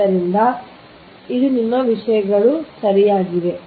ಆದ್ದರಿಂದ ಅದು ಅಂದರೆ ನಿಮ್ಮ ವಿಷಯಗಳು ಸರಿಯಾಗಿವೆ